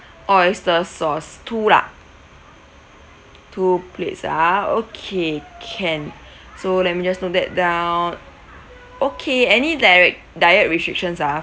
oyster sauce two lah two plates ah okay can so let me just note that down okay any diet~ diet restrictions ah